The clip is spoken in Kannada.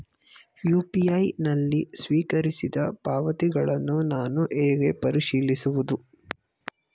ಯು.ಪಿ.ಐ ನಲ್ಲಿ ಸ್ವೀಕರಿಸಿದ ಪಾವತಿಗಳನ್ನು ನಾನು ಹೇಗೆ ಪರಿಶೀಲಿಸುವುದು?